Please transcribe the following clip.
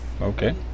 okay